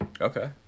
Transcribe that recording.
Okay